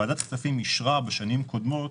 ועדת הכספים אישרה בשנים קודמות